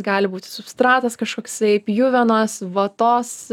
gali būti substratas kažkoksai pjuvenos vatos